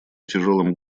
тяжелым